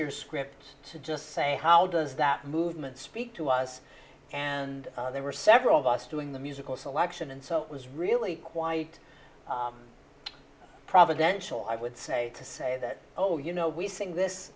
year scripts to just say how does that movement speak to us and there were several of us doing the musical selection and so it was really quite providential i would say to say that oh you know we sing this